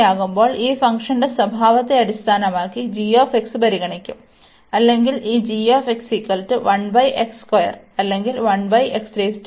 ആകുമ്പോൾ ഈ ഫംഗ്ഷന്റെ സ്വഭാവത്തെ അടിസ്ഥാനമാക്കി g പരിഗണിക്കും അല്ലെങ്കിൽ ഈ അല്ലെങ്കിൽ p 1